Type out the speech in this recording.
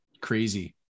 crazy